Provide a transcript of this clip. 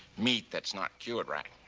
meat that's not cured right.